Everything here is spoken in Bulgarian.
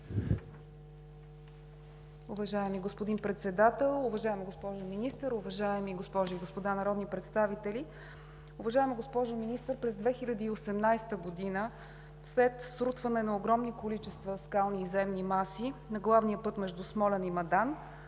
Уважаеми господин Председател, уважаема госпожо Министър, уважаеми госпожи и господа народни представители! Уважаема госпожо Министър, през 2018 г. след срутване на огромни количества скални и земни маси на главния път между Смолян и Мадан